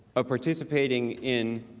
of participating in